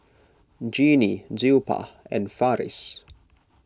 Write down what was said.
Genie Zilpah and Farris